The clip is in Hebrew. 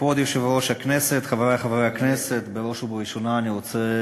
יציג את הצעת החוק חבר הכנסת רוברט אילטוב,